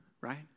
right